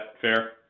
fair